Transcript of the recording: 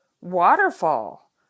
waterfall